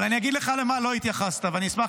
אבל אני אגיד לך למה לא התייחסת, ואני אשמח